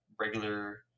regular